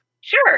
sure